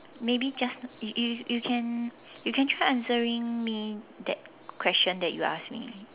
maybe just you you you can you can try answering me that question that you asked me